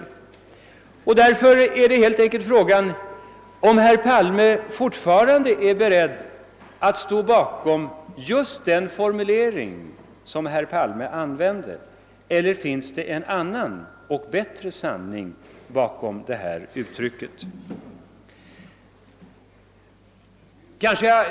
Frågan är därför helt enkelt om herr Palme fortfarande är beredd att stå bakom den formulering som han använde, eller finns det en annan och bättre sanning bakom detta uttryck?